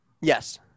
Yes